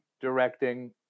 directing